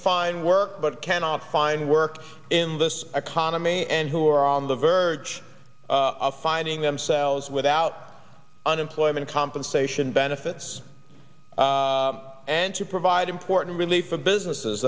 find work but cannot find work in this economy and who are on the verge of finding themselves without unemployment compensation benefits and to provide important relief for businesses